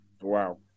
Wow